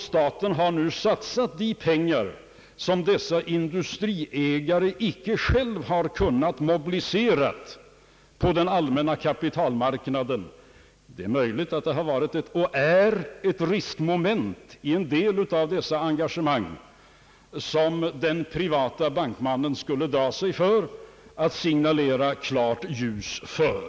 Staten har nu satsat de pengar som dessa industriägare icke själva har kunnat mobilisera på den allmänna kapitalmarknaden. Det är möjligt att det har varit och är ett riskmoment i en del av dessa engagemang som den private bankmannen skulle dra sig för att signalera klart ljus för.